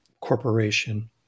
corporation